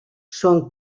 són